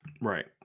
Right